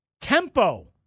Tempo